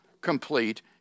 complete